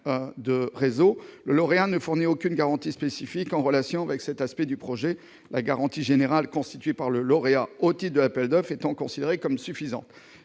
de réseau, le lauréat ne fournit aucune garantie spécifique en relation avec cet aspect du projet, la garantie générale constituée par lui au titre de l'appel d'offres étant considérée comme suffisante.